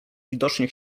widocznie